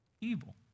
evil